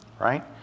right